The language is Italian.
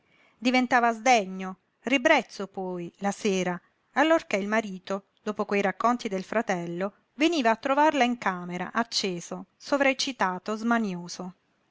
diventava sdegno ribrezzo poi la sera allorché il marito dopo quei racconti del fratello veniva a trovarla in camera acceso sovreccitato smanioso lo